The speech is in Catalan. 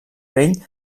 vell